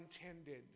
intended